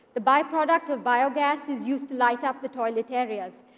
the byproduct of biogas is used to light up the toilet areas.